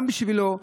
גם בשבילו,